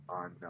on